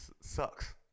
sucks